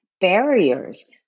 barriers